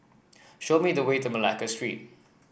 show me the way to Malacca Street